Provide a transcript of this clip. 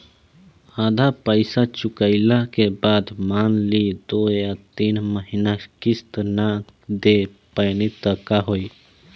आधा पईसा चुकइला के बाद मान ली दो या तीन महिना किश्त ना दे पैनी त का होई?